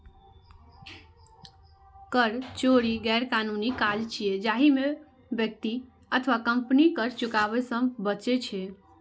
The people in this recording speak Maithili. कर चोरी गैरकानूनी काज छियै, जाहि मे व्यक्ति अथवा कंपनी कर चुकाबै सं बचै छै